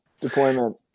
Deployment